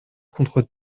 contre